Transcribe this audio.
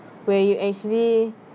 where you actually